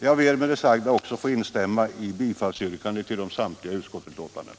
Jag ber med det sagda att få instämma i yrkandena om bifall till hemställan i samtliga utskottets betänkanden.